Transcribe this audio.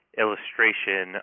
illustration